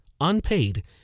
unpaid